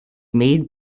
made